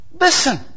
Listen